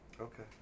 Okay